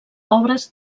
obres